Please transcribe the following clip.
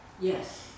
Yes